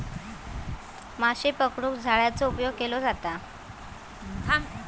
माशे पकडूक जाळ्याचा उपयोग केलो जाता